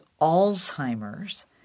Alzheimer's